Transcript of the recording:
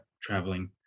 traveling